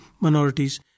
minorities